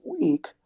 week